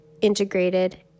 integrated